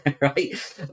right